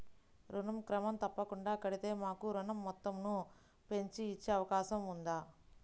ఋణం క్రమం తప్పకుండా కడితే మాకు ఋణం మొత్తంను పెంచి ఇచ్చే అవకాశం ఉందా?